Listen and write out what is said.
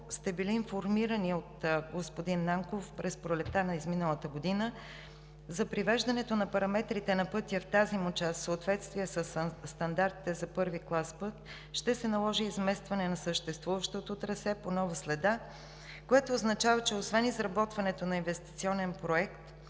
сте били информирани от господин Нанков през пролетта на изминалата година, за привеждането на параметрите на пътя в тази му част в съответствие със стандартите за І клас път ще се наложи изместване на съществуващото трасе по нова следа, което означава, че освен изработването на инвестиционен проект,